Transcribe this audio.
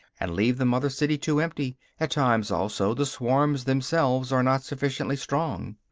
and leave the mother-city too empty, at times also the swarms themselves are not sufficiently strong.